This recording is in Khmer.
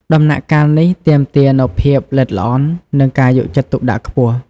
ដំណាក់កាលនេះទាមទារនូវភាពល្អិតល្អន់ និងការយកចិត្តទុកដាក់ខ្ពស់។